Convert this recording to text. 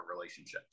relationships